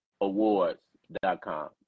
awards.com